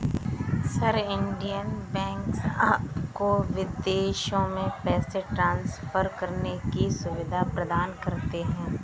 sir, Indian banks आपको विदेशों में पैसे ट्रान्सफर करने की सुविधा प्रदान करते हैं